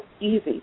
easy